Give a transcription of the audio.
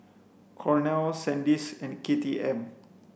Cornell Sandisk and K T M